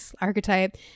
archetype